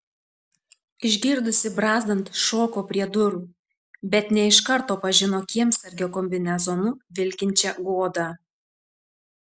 išgirdusi brazdant šoko prie durų bet ne iš karto pažino kiemsargio kombinezonu vilkinčią godą